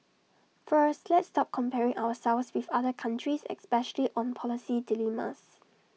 first let's stop comparing ourselves with other countries especially on policy dilemmas